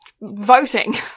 voting